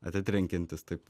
atitrenkiantis taip